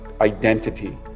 identity